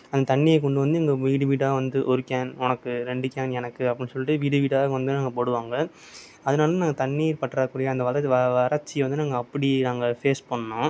அந்த தண்ணியை கொண்டு வந்து எங்கள் வீடு வீடாக ஒரு கேன் உனக்கு ரெண்டு கேன் எனக்கு அப்படினு சொல்லிட்டு வீடு வீடாக வந்து போடுவாங்க அதனால் நாங்கள் தண்ணீர் பற்றாக்குறை அந்த வறட்சியை வந்து நாங்கள் அப்படி நாங்கள் ஃபேஸ் பண்ணிணோம்